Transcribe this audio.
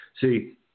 See